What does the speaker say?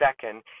second